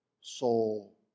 Soul